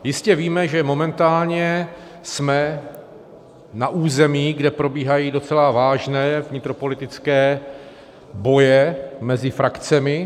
Jistě víme, že momentálně jsme na území, kde probíhají docela vážné vnitropolitické boje mezi frakcemi.